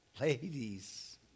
ladies